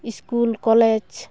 school college